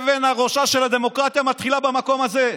אבן הראשה של הדמוקרטיה מתחילה במקום הזה.